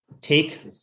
take